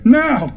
now